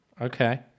Okay